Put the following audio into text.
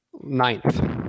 ninth